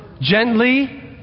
gently